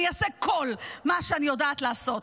אני אעשה כל מה שאני יודעת לעשות.